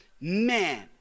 man